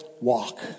Walk